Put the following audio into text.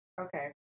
okay